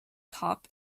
top